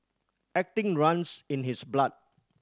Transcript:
acting runs in his blood